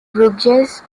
bruges